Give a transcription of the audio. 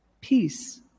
peace